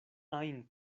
ajn